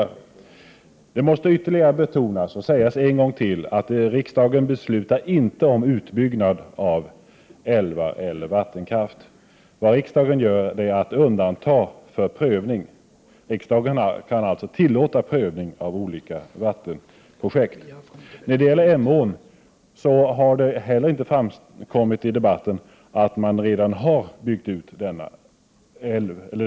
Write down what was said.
Det måste ytterligare betonas, och det förtjänar att ännu en gång sägas, att riksdagen har inte att besluta om utbyggnad av älvar eller vattenkraft. Vad riksdagen gör är att undanta utbyggnad för prövning. Riksdagen kan allså tillåta prövning av olika vattenkraftsprojekt. När det gäller Emån har det heller inte framkommit i debatten att man redan har byggt ut denna å.